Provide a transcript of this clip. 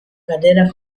carriera